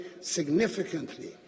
significantly